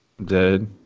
dead